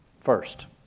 First